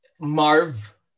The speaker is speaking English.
Marv